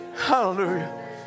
hallelujah